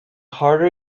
harder